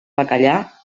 bacallà